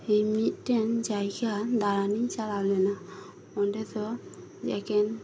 ᱤᱧ ᱢᱤᱫᱴᱮᱱᱟ ᱡᱟᱭᱜᱟ ᱫᱟᱬᱟᱱᱤᱧ ᱪᱟᱞᱟᱣ ᱞᱮᱱᱟ ᱚᱸᱰᱮ ᱫᱚ ᱮᱠᱮᱱ